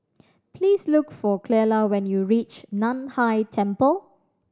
please look for Clella when you reach Nan Hai Temple